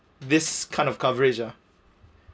these kind of coverage ah